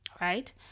right